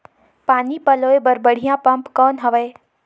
पानी पलोय बर बढ़िया पम्प कौन हवय?